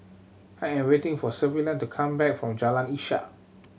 I am waiting for Sullivan to come back from Jalan Ishak